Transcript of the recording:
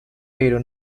pero